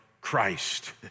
Christ